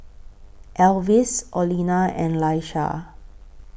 Alvis Orlena and Laisha